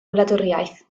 wladwriaeth